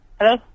Hello